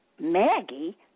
Maggie